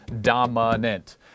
dominant